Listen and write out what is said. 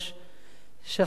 של חבר הכנסת דב חנין,